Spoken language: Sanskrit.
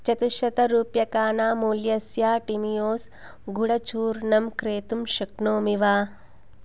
चतुश्शतरूप्यकानां मूल्यस्य टिमियोस् गुडचूर्णम् क्रेतुं शक्नोमि वा